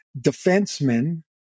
Defensemen